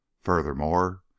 Furthermore